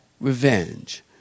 revenge